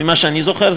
לפי מה שאני זוכר,